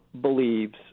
believes